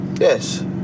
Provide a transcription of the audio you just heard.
Yes